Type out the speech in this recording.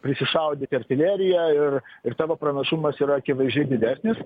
prisišaudyti artileriją ir ir tavo pranašumas yra akivaizdžiai didesnis